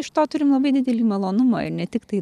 iš to turim labai didelį malonumą ir ne tik tai